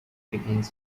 begins